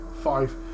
five